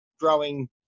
growing